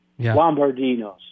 Lombardinos